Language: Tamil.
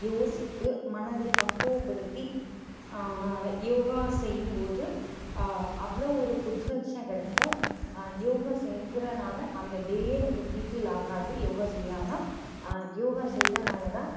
யோசித்து மனதை பக்குவப்படுத்தி யோகா செய்யும் போது அவ்வளோ ஒரு புத்துணர்ச்சியாக கிடைக்கும் யோகா செஞ்சிறதுனால் அந்த டேயே எனக்கு ஃபுல்ஃபில் ஆகாது யோகா செய்யாமல் யோகா செய்கிறனால தான்